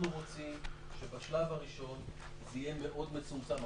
אנחנו רוצים שבשלב הראשון זה יהיה מאוד מצומצם.